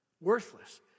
Worthless